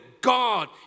God